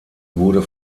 wurde